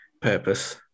purpose